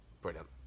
Brilliant